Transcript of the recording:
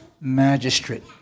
magistrate